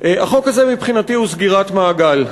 החוק הזה מבחינתי הוא סגירת מעגל.